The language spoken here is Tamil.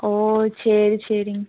ஓ சரி சரிங்க